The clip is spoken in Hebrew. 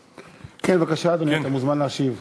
כן, בבקשה, אדוני, אתה מוזמן להשיב.